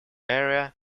area